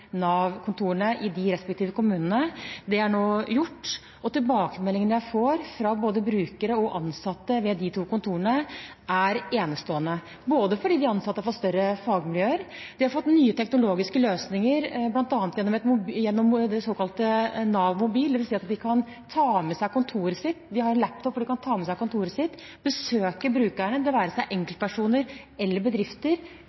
i de respektive kommunene. Det er nå gjort. Tilbakemeldingene jeg får fra både brukere og ansatte ved de to kontorene, er enestående, både fordi de ansatte har fått større fagmiljøer, og fordi de har fått nye teknologiske løsninger, bl.a. gjennom den såkalte Nav mobilapp, dvs. at de har en laptop og kan ta med seg kontoret sitt, besøke brukerne – det være seg enkeltpersoner eller bedrifter – ute. Man trenger ikke komme til Nav-kontoret hvis man ikke ønsker det,